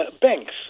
banks